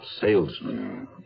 salesman